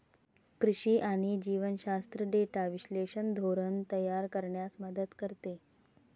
कृषी आणि जीवशास्त्र डेटा विश्लेषण धोरण तयार करण्यास मदत करते